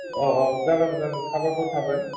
औ औ जागोन जागोन साबायखर थाबाय